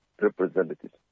representatives